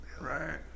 Right